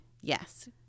Yes